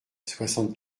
soixante